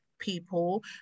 People